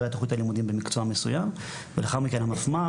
תוכנית הלימודים במקצוע מסוים ולאחר מכן המפמ"ר,